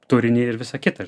turinį ir visa kita